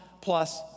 plus